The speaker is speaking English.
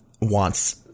wants